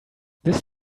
this